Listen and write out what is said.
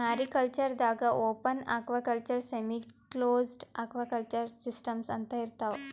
mariculture ದಾಗಾ open aquaculture, semiclosed aquaculture systems ಅಂತಾ ಇರ್ತವ್